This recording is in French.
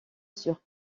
sur